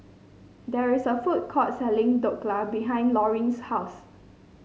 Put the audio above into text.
there is a food court selling Dhokla behind Lorine's house